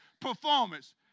performance